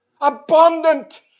Abundant